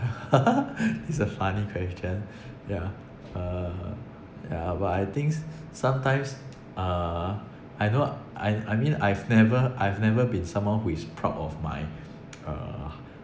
this is a funny question yeah uh yeah but I think sometimes uh I know I I mean I've never I've never been someone who is proud of my uh